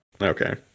Okay